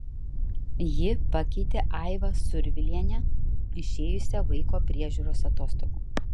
ji pakeitė aivą survilienę išėjusią vaiko priežiūros atostogų